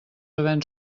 havent